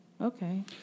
Okay